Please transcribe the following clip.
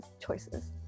choices